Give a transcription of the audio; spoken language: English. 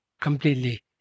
completely